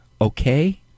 okay